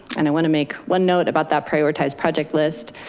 and i wanna make one note about that prioritized project list.